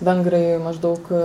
vengrai maždaug